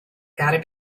gotta